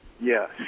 Yes